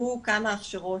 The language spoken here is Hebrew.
עברו כמה הכשרות